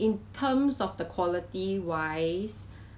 他没有地方住 lah then 他就问我 mah